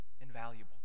invaluable